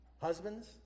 husbands